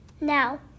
Now